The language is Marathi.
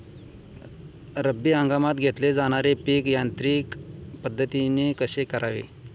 रब्बी हंगामात घेतले जाणारे पीक यांत्रिक पद्धतीने कसे करावे?